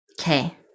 Okay